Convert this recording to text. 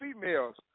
females